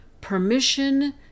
permission